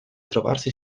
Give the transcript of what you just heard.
trovarsi